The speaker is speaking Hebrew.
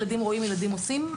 ילדים רואים - ילדים עושים,